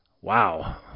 Wow